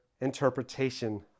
interpretation